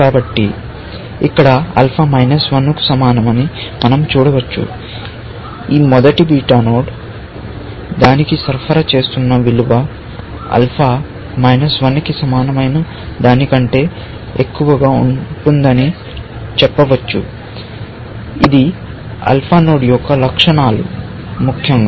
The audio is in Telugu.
కాబట్టి ఇక్కడ ఆల్ఫా కు సమానమని మనం చూడవచ్చు ఈ మొదటి బీటా నోడ్ దానికి సరఫరా చేస్తున్న విలువ ఆల్ఫా కి సమానమైన దానికంటే ఎక్కువగా ఉంటుందని చెప్పవచ్చు ఇది ఆల్ఫా నోడ్ యొక్క లక్షణాలు ముఖ్యంగా